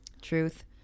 Truth